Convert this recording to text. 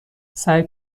سعی